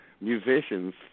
musicians